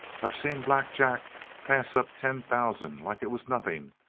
i've seen black jack pass up ten thousand like it was nothing,